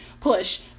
push